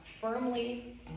firmly